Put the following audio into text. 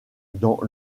dans